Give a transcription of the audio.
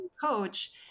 coach